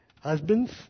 husbands